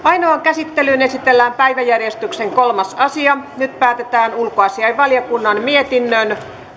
ainoaan käsittelyyn esitellään päiväjärjestyksen kolmas asia nyt päätetään ulkoasiainvaliokunnan mietinnön